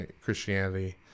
Christianity